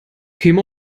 käme